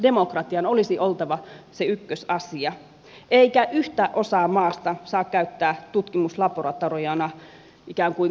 demokratian olisi oltava se ykkösasia eikä yhtä osaa maasta saa käyttää tutkimuslaboratoriona ikään kuin koekaniinina